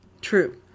True